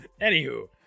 Anywho